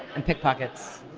and pickpockets,